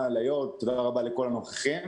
ליו"ר, תודה רבה לכל הנוכחים.